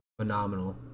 phenomenal